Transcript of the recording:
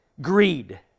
greed